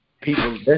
people